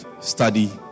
study